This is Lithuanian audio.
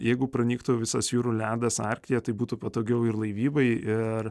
jeigu pranyktų visas jūrų ledas arktyje tai būtų patogiau ir laivybai ir